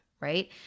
right